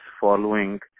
following